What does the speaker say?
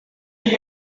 weak